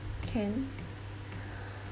can